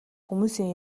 хүмүүсийн